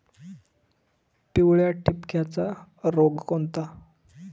पिवळ्या ठिपक्याचा रोग कोणता?